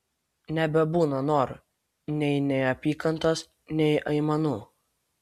nebebūna norų nei neapykantos nei aimanų